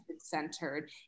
centered